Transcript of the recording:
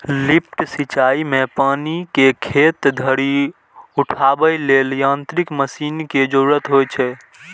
lift सिंचाइ मे पानि कें खेत धरि उठाबै लेल यांत्रिक मशीन के जरूरत होइ छै